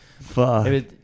fuck